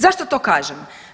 Zašto to kažem?